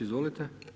Izvolite.